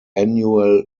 annual